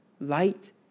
light